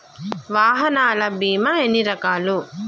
వాహనాల బీమా ఎన్ని రకాలు?